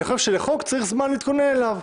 אני חושב שאם מדובר בחוק, צריך זמן להתכונן אליו.